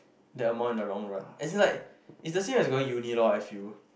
that amount in the long run as in like it's the same as going uni lorh I feel